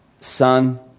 son